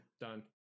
done